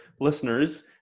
listeners